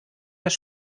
das